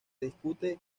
discute